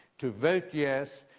to vote yes,